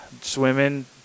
swimming